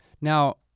Now